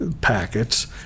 packets